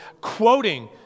Quoting